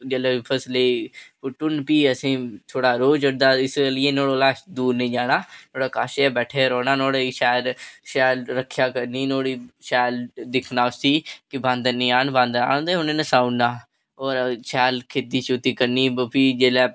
जेल्लै ओह् फसलां ई पुट्टी ओड़न रोह् चढ़दा नुआढ़े कोला दूर निं जाना कश गै बैठे दे रौह्ना नुआढ़े शैल रक्खेआ करना भी शैल दिक्खना उसी कि बांदर निं औन बांदर अगर उ'नें ई नसाही ओड़ना और शैल खेती शेती करनी भी जेल्लै